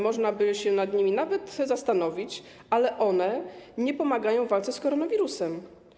Można by się nad nimi nawet zastanowić, ale one nie pomagają w walce z koronawirusem.